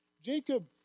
Jacob